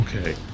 okay